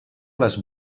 les